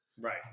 Right